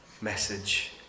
message